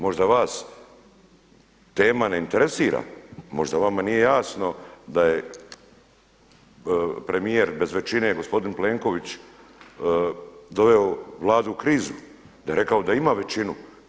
Možda vas tema ne interesira, možda vama nije jasno da je premijer bez većine gospodin Plenković doveo Vladu u krizu, da je rekao da ima većinu.